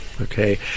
Okay